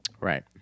Right